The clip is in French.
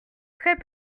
très